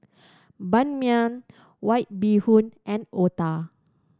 Ban Mian White Bee Hoon and otah